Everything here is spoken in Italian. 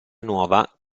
nuova